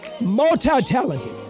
Multi-talented